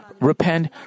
repent